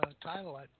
title